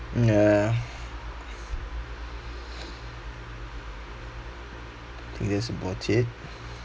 ya K that's about it